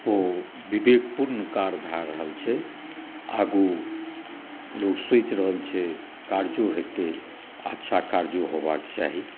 आ विवेकपूर्ण कार्य भऽ रहल छै आगू लोक सोचि रहल छै काजु हेतै आ काजु हेबाक चाही